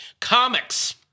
Comics